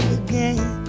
again